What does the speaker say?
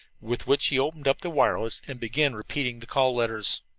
with which he opened up the wireless and began repeating the call letters.